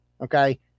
Okay